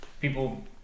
people